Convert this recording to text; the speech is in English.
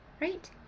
right